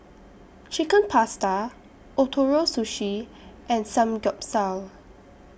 Chicken Pasta Ootoro Sushi and Samgyeopsal